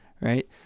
right